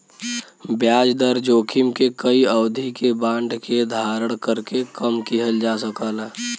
ब्याज दर जोखिम के कई अवधि के बांड के धारण करके कम किहल जा सकला